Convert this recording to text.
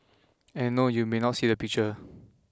and no you may not see a picture